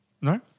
No